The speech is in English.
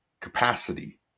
capacity